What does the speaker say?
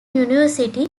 university